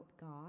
God